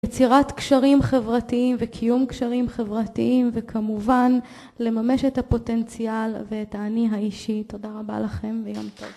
יצירת קשרים חברתיים וקיום קשרים חברתיים וכמובן לממש את הפוטנציאל ואת האני האישי תודה רבה לכם ויום טוב